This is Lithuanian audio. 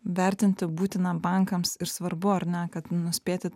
vertinti būtina bankams ir svarbu ar ne kad nuspėti